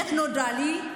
איך נודע לי?